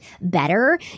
better